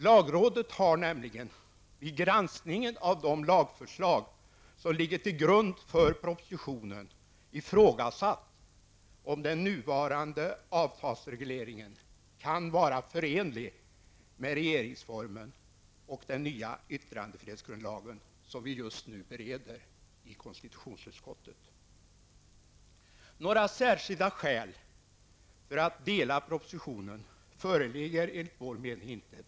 Lagrådet har nämligen vid granskningen av de lagförslag som ligger till grund för propositionen ifrågasatt om den nuvarande avtalsregleringen kan vara förenlig med regeringsformen och den nya yttrandefrihetsgrundlagen, som vi just nu bereder i konstitutionsutskottet. Några särskilda skäl för att dela propositionen föreligger enligt vår åsikt inte.